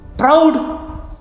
proud